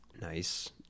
nice